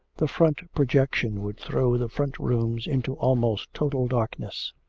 the front projection would throw the front rooms into almost total darkness